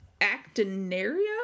Actinaria